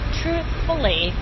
truthfully